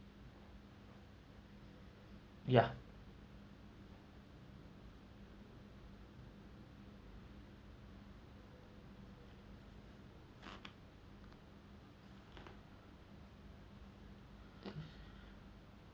ya